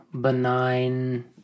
benign